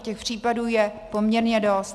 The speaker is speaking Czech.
Těch případů je poměrně dost.